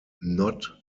not